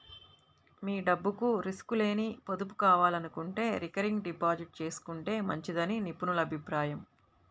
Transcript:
మీ డబ్బుకు రిస్క్ లేని పొదుపు కావాలనుకుంటే రికరింగ్ డిపాజిట్ చేసుకుంటే మంచిదని నిపుణుల అభిప్రాయం